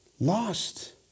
Lost